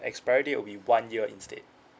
expiry date will be one year instead